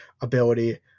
ability